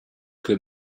could